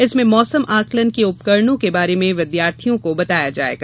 इसमें मौसम आंकलन के उपकरणों के बारे में विद्यार्थियों को बताया जायेगा